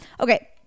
okay